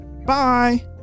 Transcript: Bye